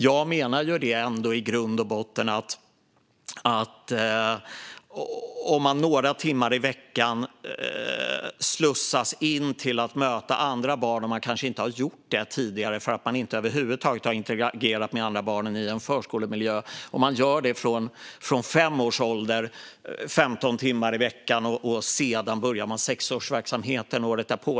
Jag menar ändå att man några timmar i veckan kan slussas in i att möta andra barn. Det har man kanske inte gjort tidigare därför att man inte över huvud taget har interagerat med andra barn i en förskolemiljö. Man kan göra det från fem års ålder, 15 timmar i veckan, för att sedan börja i sexårsverksamheten året därpå.